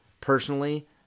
personally